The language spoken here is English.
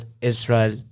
Israel